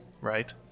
Right